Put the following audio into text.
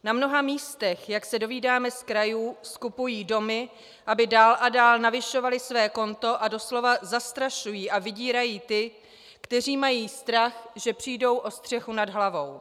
Na mnoha místech, jak se dovídáme z krajů, skupují domy, aby dál a dál navyšovali své konto, a doslova zastrašují a vydírají ty, kteří mají strach, že přijdou o střechu nad hlavou.